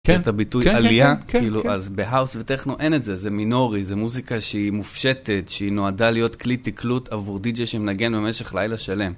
כן, את הביטוי עלייה, כן כן כן, כאילו, כן, אז בהאוס וטכנו אין את זה, זה מינורי, זה מוזיקה שהיא מופשטת, שהיא נועדה להיות כלי תקלוט עבור דיג'יי שמנגן במשך לילה שלם.